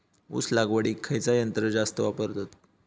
ऊस लावडीक खयचा यंत्र जास्त वापरतत?